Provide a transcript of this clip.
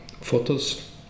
photos